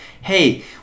hey